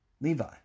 Levi